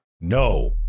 No